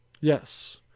Yes